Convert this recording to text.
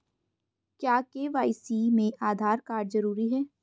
क्या के.वाई.सी में आधार कार्ड जरूरी है?